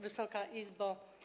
Wysoka Izbo!